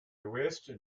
l’ouest